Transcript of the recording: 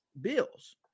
Bills